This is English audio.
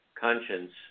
conscience